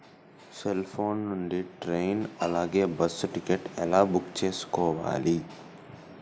Cell phone నుండి train అలాగే bus ticket ఎలా బుక్ చేసుకోవాలి?